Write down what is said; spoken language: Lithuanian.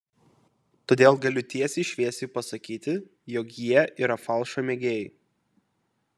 todėl galiu tiesiai šviesiai pasakyti jog jie yra falšo mėgėjai